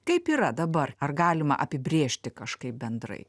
kaip yra dabar ar galima apibrėžti kažkaip bendrai